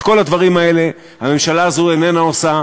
את כל הדברים האלה הממשלה הזאת איננה עושה,